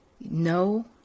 no